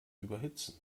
überhitzen